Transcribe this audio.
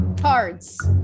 Cards